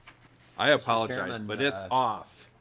i apologize but it's off.